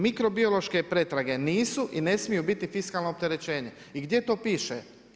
Mikrobiološke pretrage nisu i ne smiju biti fiskalno opterećenje i gdje to piše?